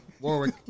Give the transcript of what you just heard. Warwick